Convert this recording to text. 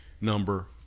number